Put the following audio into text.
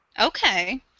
Okay